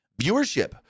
Viewership